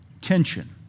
tension